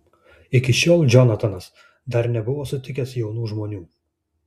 iki šiol džonatanas dar nebuvo sutikęs jaunų žmonių